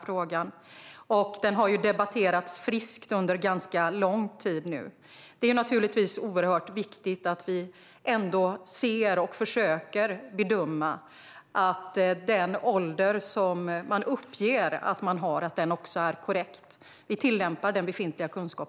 Frågan har ju debatterats friskt under ganska lång tid nu. Det är naturligtvis oerhört viktigt att vi ändå ser och försöker bedöma att den ålder som uppges också är korrekt, och vi tillämpar befintlig kunskap.